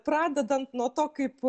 pradedant nuo to kaip